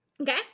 okay